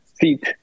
seat